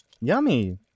yummy